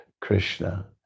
Krishna